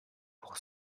pour